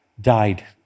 died